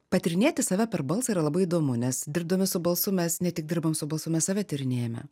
patyrinėti save per balsą yra labai įdomu nes dirbdami su balsu mes ne tik dirbam su balsu mes save tyrinėjame